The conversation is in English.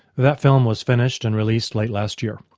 that film was finished and released late last year.